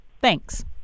Thanks